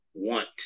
want